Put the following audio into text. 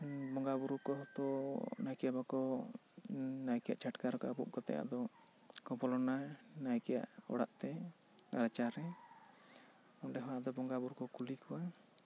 ᱤᱧ ᱵᱚᱸᱜᱟ ᱵᱳᱨᱳ ᱠᱚᱦᱚᱸ ᱛᱚ ᱱᱟᱭᱠᱮ ᱵᱟᱠᱟ ᱱᱟᱭᱠᱮᱭᱟᱜ ᱪᱷᱟᱴᱠᱟ ᱨᱮᱠᱚ ᱟᱵᱩᱜ ᱠᱟᱛᱮᱜ ᱠᱚ ᱵᱚᱞᱚᱱᱟ ᱱᱟᱭᱠᱮ ᱚᱲᱟᱜ ᱛᱮ ᱨᱟᱪᱟ ᱨᱮ ᱚᱸᱰᱮ ᱦᱚᱸ ᱵᱚᱸᱜᱟ ᱵᱳᱨᱳ ᱠᱚ ᱠᱩᱞᱤ ᱠᱚᱣᱟ